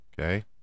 okay